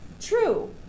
True